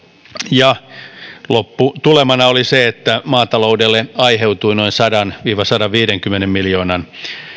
ja lopputulemana oli se että maataloudelle aiheutui noin sadan viiva sadanviidenkymmenen miljoonan